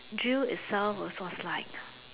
drill itself was was like